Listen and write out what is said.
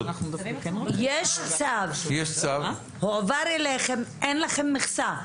יש צו, הועבר אליכם, אין לכם מכסה.